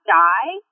die